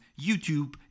YouTube